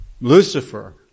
Lucifer